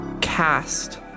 cast